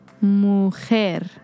Mujer